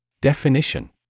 Definition